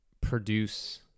produce